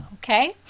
Okay